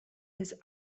his